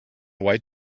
white